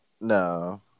no